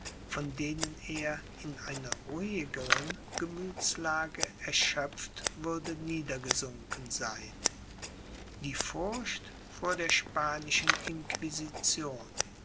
von denen er in einer ruhigeren gemüthslage erschöpft würde niedergesunken sein die furcht vor der spanischen inquisition